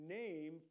name